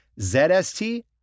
ZST